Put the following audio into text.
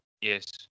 Yes